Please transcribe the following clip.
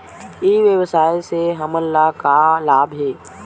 ई व्यवसाय से हमन ला का लाभ हे?